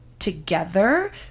Together